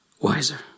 wiser